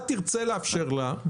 אתה תרצה לאפשר לה,